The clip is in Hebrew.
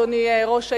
אדוני ראש העיר,